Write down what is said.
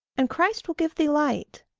and christ will give thee light.